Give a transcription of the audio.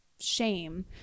shame